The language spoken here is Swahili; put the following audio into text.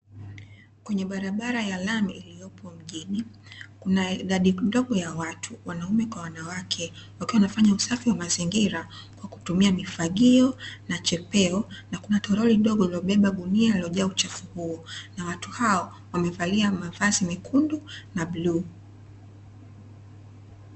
Kwenye barabara ya lami iliyopo mjini, kuna idadi ndogo ya watu wanaume kwa wanawake, wakiwa wanafanya usafi wa mazingira, kwa kutumia mifagio na chepeo na kuna toroli dogo lililobeba gunia lililojaa uchafu huo. Na watu hao wamevalia mavazi mekundu na bluu.